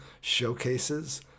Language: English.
showcases